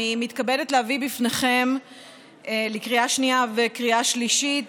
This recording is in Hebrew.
אני מתכבדת להביא בפניכם לקריאה שנייה ולקריאה שלישית